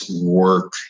work